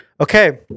Okay